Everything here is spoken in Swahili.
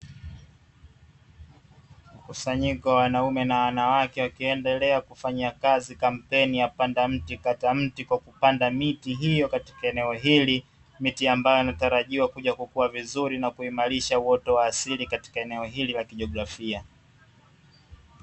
Mkusanyiko wa wanaume na wanawake wakiendelea kufanyia kazi kampeni ya (PANDA MTI, KATA MTI) kwa kupanda miti hiyo katika eneo hili. Miti ambayo inatarajiwa kuja kukua vizuri na kuimarisha uoto wa asili katika eneo hili la kijiografia.